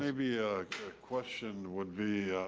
maybe a question would be